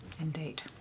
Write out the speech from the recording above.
indeed